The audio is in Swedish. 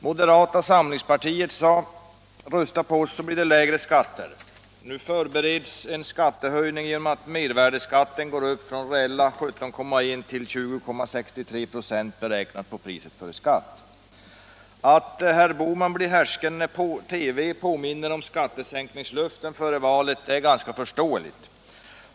Moderata samlingspartiet sade: ”Rösta på oss så blir det lägre skatter.” Nu förbereds en skattehöjning genom att mervärdeskatten går upp från reella 17,1 96 till 20,63 26, beräknat på priset före skatt. Att herr Bohman blir härsken när TV påminner om skattesänkningslöften före valet är förståeligt.